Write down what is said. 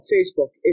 Facebook